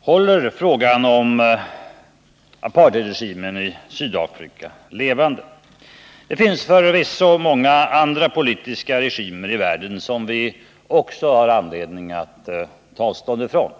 håller frågan om apartheidregimen i Sydafrika levande. Det finns förvisso många andra politiska regimer i världen som vi också har anledning att ta avstånd ifrån.